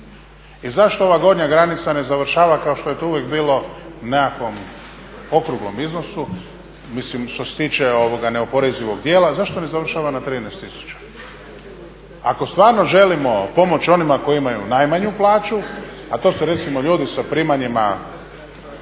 I zašto ova gornja granica ne završava kao što je to uvijek bilo u nekakvom okruglom iznosu, mislim što se tiče neoporezivog dijela, zašto ne završava na 13 tisuća? Ako stvarno želimo pomoći onima koji imaju najmanju plaću, a to su recimo ljudi sa primanjima